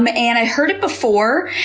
um and i heard it before,